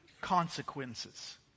consequences